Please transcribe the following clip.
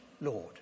Lord